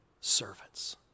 servants